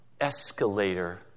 escalator